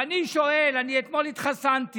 ואני שואל, אני אתמול התחסנתי,